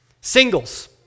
Singles